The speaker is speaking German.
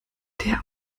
der